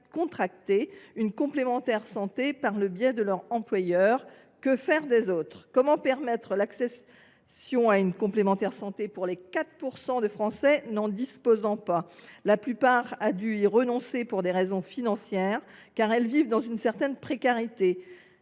contracté une complémentaire santé par le biais de leur employeur. Que faire des autres ? Comment permettre l’accession à une complémentaire santé pour les 4 % de Français n’en disposant pas ? La plupart d’entre eux ont dû y renoncer pour des raisons financières. Ces personnes, qui vivent dans une certaine précarité,